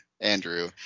Andrew